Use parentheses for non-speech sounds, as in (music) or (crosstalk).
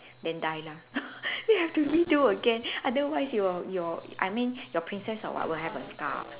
then die lah (laughs) you have to redo again otherwise your your I mean your princess ow what will have a scar